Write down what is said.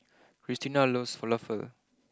Christina loves Falafel